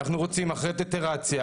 אחרי טיטרציה,